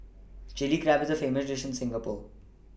Chilli Crab is a famous dish in Singapore